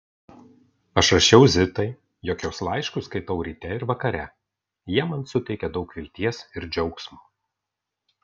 aš rašiau zitai jog jos laiškus skaitau ryte ir vakare jie man suteikia daug vilties ir džiaugsmo